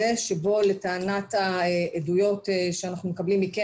שבו לטענת העדויות שאנחנו מקבלים מכם,